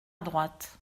droite